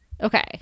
Okay